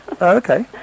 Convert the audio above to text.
okay